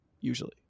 usually